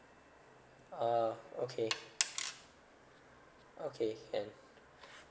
ah okay okay can